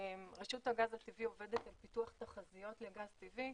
רשות הגז הטבעי עובדת על פיתוח תחזיות לגז טבעי,